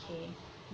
okay